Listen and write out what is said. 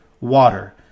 Water